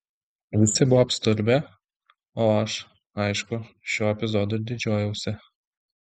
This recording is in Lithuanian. visi buvo apstulbę o aš aišku šiuo epizodu didžiuojuosi